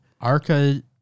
arca